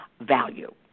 value